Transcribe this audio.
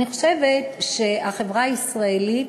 אני חושבת שהחברה הישראלית